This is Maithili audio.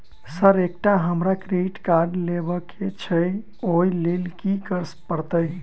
सर एकटा हमरा क्रेडिट कार्ड लेबकै छैय ओई लैल की करऽ परतै?